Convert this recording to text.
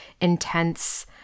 intense